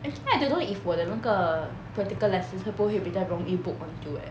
actually I don't know if 我的那个 practical lessons 会不会比较容易 book onto eh